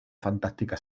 fantástica